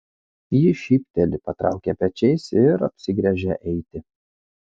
ji šypteli patraukia pečiais ir apsigręžia eiti